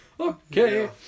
Okay